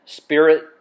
spirit